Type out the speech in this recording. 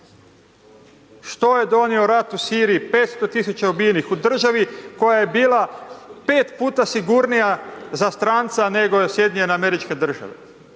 Što je donio rat u Siriji? 500 tisuća ubijenih u državi koja je bila 5 puta sigurnija za stranca nego je SAD gdje